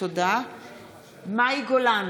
מאי גולן,